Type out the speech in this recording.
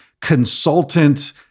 consultant